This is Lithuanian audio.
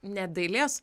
ne dailės